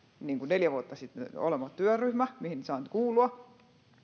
neljä vuotta sitten tämä erillinen digiministereitten työryhmä mihin olen saanut kuulua